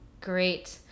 Great